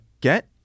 get